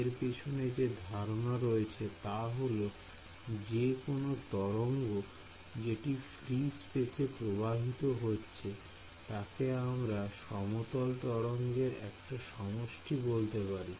এর পিছনে যে ধারণা রয়েছে তা হল যে কোন তরঙ্গ যেটা ফ্রী স্পেসে প্রবাহিত হচ্ছে তাকে আমরা সমতল তরঙ্গের একটা সমষ্টি বলতে পারি